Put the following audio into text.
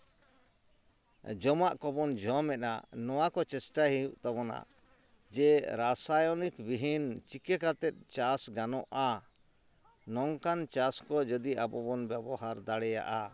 ᱡᱚᱢᱟᱜ ᱠᱚᱵᱚᱱ ᱡᱮᱢᱚᱫᱼᱟ ᱱᱚᱣᱟ ᱠᱚ ᱪᱮᱥᱴᱟᱭ ᱦᱩᱭᱩᱜ ᱛᱟᱵᱚᱱᱟ ᱡᱮ ᱨᱟᱥᱟᱭᱚᱱᱤᱠ ᱵᱤᱦᱤᱱ ᱪᱤᱠᱟᱹ ᱠᱟᱛᱮ ᱪᱟᱥ ᱜᱟᱱᱚᱜᱼᱟ ᱱᱚᱝᱠᱟᱱ ᱪᱟᱥ ᱠᱚ ᱡᱩᱫᱤ ᱟᱵᱚ ᱵᱚᱱ ᱵᱮᱵᱚᱦᱟᱨ ᱫᱟᱲᱮᱭᱟᱜᱼᱟ